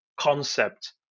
concept